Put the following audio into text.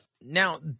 Now